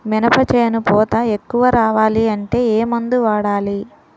మినప చేను పూత ఎక్కువ రావాలి అంటే ఏమందు వాడాలి?